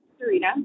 Serena